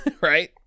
Right